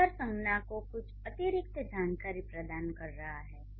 सुंदर संज्ञा को कुछ अतिरिक्त जानकारी प्रदान कर रहा है